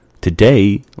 Today